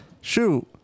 shoot